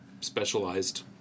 specialized